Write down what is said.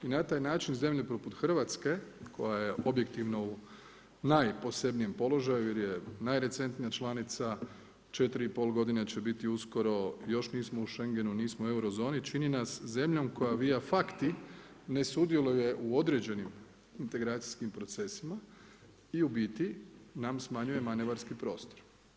I na taj način zemlje poput Hrvatske koja je objektivno u najposebnijem položaju jer je najrecentnija, 4 i pol godine će biti uskoro, još nisu u Schengenu, nismo u Euro zoni, čini nas zemljom koja via facti ne sudjeluje u određenim integracijskim procesima i u biti nam smanjuje manevarski prostor.